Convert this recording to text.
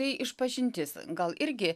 tai išpažintis gal irgi